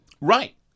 Right